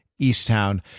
Easttown